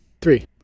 Three